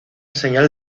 señal